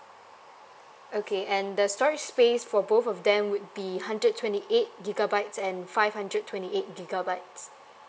okay and the storage space for both of them would be hundred twenty eight gigabytes and five hundred twenty eight gigabytes